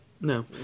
No